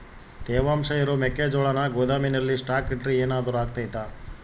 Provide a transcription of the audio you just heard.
ತೇವಾಂಶ ಇರೋ ಮೆಕ್ಕೆಜೋಳನ ಗೋದಾಮಿನಲ್ಲಿ ಸ್ಟಾಕ್ ಇಟ್ರೆ ಏನಾದರೂ ಅಗ್ತೈತ?